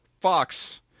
Fox